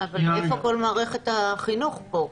אבל איפה כל מערכת החינוך פה?